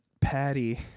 Patty